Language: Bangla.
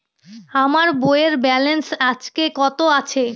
আমার বইয়ের ব্যালেন্স আজকে কত আছে?